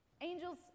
Angels